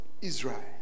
Israel